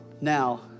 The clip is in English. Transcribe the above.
now